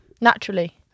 naturally